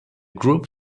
group